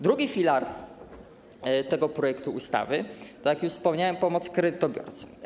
Drugi filar tego projektu ustawy, to, jak już wspomniałem, pomoc kredytobiorcom.